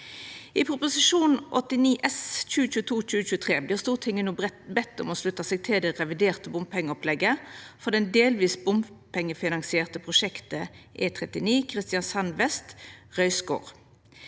I Prop. 89 S for 2022–2023 vert Stortinget no bedt om å slutta seg til det reviderte bompengeopplegget for det delvis bompengefinansierte prosjektet E39 Kristiansand vest–Røyskår.